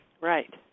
Right